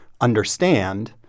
understand